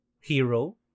hero